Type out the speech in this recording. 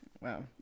Wow